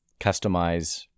customize